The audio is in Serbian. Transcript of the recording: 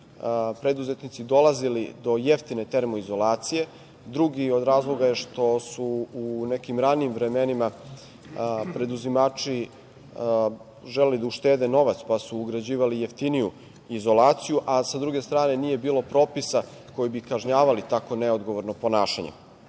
preduzetnici dolazili do jeftine termoizolacije. Drugi od razloga je što su u nekim ranijim vremenima preduzimači želeli da uštede novac, pa su ugrađivali jeftiniju izolacije, a s druge strane nije bilo propisa koji bi kažnjavali tako neodgovorno ponašanje. Rezultat